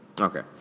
Okay